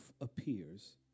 appears